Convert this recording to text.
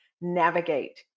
navigate